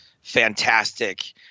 fantastic